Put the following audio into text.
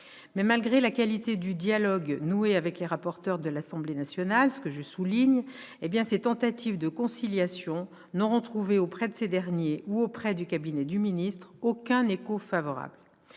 malgré la qualité du dialogue noué avec les rapporteurs de l'Assemblée nationale, ces tentatives de conciliation n'auront trouvé, auprès de ces derniers ou du cabinet du ministre, aucun écho favorable.